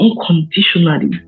unconditionally